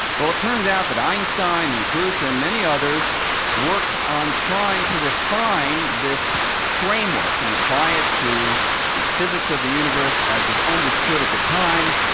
well, it turns out that einstein and kaluza and many others worked on trying to refine this framework and apply it to the physics of the universe as was understood at the time,